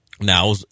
Now